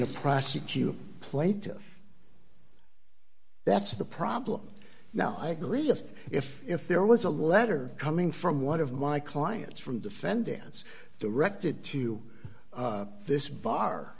to prosecute plaintiff that's the problem now i agree if if if there was a letter coming from one of my clients from defendants directed to this bar